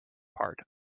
part